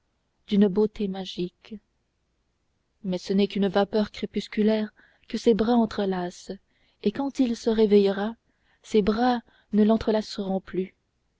d'une beauté magique mais ce n'est qu'une vapeur crépusculaire que ses bras entrelacent et quand il se réveillera ses bras ne l'entrelaceront plus